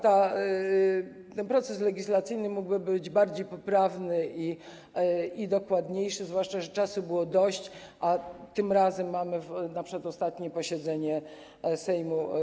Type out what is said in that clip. Ten proces legislacyjny mógłby być bardziej poprawny i dokładniejszy, zwłaszcza że czasu było dość, a i tym razem temat mamy wrzucony na przedostatnie posiedzenie Sejmu.